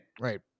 Right